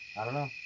i don't know.